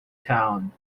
town